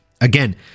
again